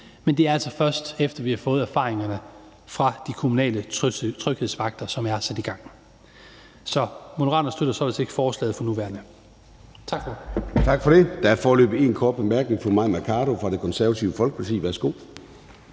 men det er altså først, efter vi har fået erfaringerne fra de kommunale tryghedsvagter, hvis arbejde er sat i gang. Så Moderaterne støtter som sagt ikke forslaget for nuværende. Kl. 18:33 Formanden (Søren Gade): Tak for det. Der er foreløbig én kort bemærkning. Fru Mai Mercado fra Det Konservative Folkeparti. Værsgo.